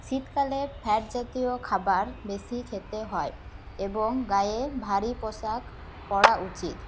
শীতকালে ফ্যাট জাতীয় খাবার বেশি খেতে হয় এবং গায়ে ভারী পোশাক পরা উচিৎ